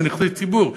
זה נכסי ציבור,